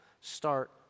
start